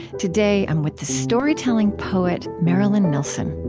today, i'm with the storytelling poet marilyn nelson